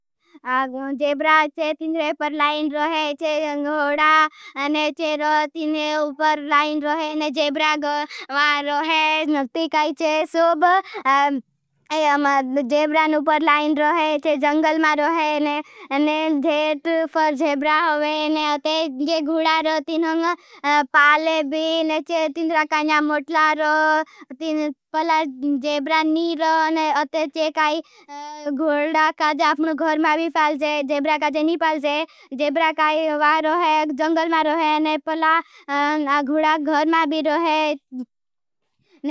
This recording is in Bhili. जेब्रा चे तिन्द्रे पर लाइन रोहे। चे जंगोडा ने चे रोथी ने उपर लाइन रोहे, ने जेब्रा गमारो है। ती काई चे सोब जेब्रा नुपर लाइन रोहे। चे जंगल मारो है, ने घेट फर जेब्रा होगे। ने अतेज जे घोडा रो तीनहूं पाले भी। ने चे तिंद्रा काई ने हाँ मोटला रो परला जेब्रा नी रो। अतेज जे काई घोडा काज अपनो घ़ जेब्रा का जेनी पाल जे, जेब्रा का यह व्यरो है। जंगल में रेहवे जा प्ला अने घोडा घर में भी रहे।